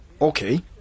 Okay